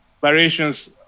variations